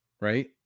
right